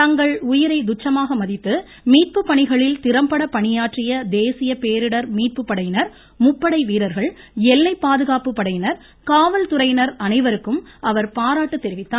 தங்கள் உயிரை துச்சமாக மதித்து மீட்பு பணிகளில் திறம்பட பணியாற்றிய தேசிய பேரிடர் மீட்பு படையினர் முப்படை வீரர்கள் எல்லைப் பாதுகாப்பு படையினர் காவல் துறையினர் அனைவருக்கும் அவர் பாராட்டு தெரிவித்தார்